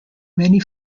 many